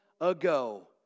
ago